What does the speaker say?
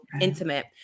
intimate